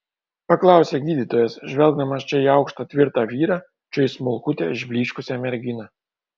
paklausė gydytojas žvelgdamas čia į aukštą tvirtą vyrą čia į smulkutę išblyškusią merginą